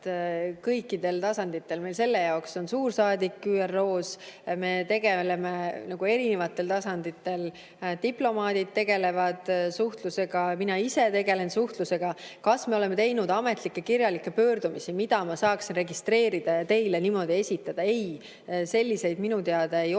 kõikidel tasanditel. Meil on selle jaoks suursaadik ÜRO‑s, me tegutseme erinevatel tasanditel. Diplomaadid tegelevad suhtlusega, mina ise tegelen suhtlusega. Kas me oleme teinud ametlikke kirjalikke pöördumisi, mida saaks registreerida ja mida ma saaksin teile esitada? Ei, selliseid minu teada ei ole